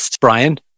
Brian